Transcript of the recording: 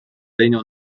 reino